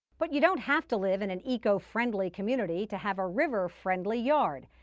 but you don't have to live in an eco-friendly community to have a river-friendly yard.